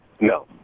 No